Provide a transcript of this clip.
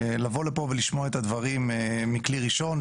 לבוא לפה ולשמוע את הדברים מכלי ראשון,